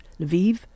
Lviv